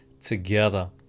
together